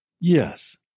yes